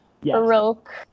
baroque